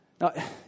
Now